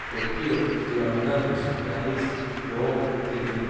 Tokyo London Paris Rome Sydney